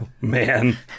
man